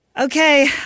Okay